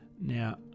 Now